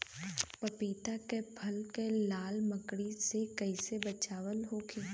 पपीता के फल के लाल मकड़ी से कइसे बचाव होखि?